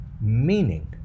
meaning